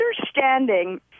understanding